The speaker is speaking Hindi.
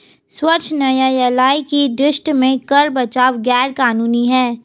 सर्वोच्च न्यायालय की दृष्टि में कर बचाव गैर कानूनी है